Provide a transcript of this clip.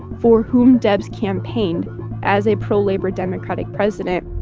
for whom debs campaigned as a pro-labor democratic president.